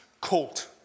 colt